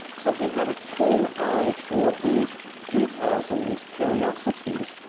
so he had a keen eye for these details in these curiosities,